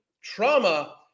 trauma